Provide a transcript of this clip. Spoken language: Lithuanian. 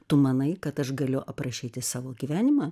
tu manai kad aš galiu aprašyti savo gyvenimą